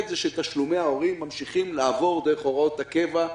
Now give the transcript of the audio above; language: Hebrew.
הוא שתשלומי ההורים ממשיכים לעבור דרך הוראות הקבע,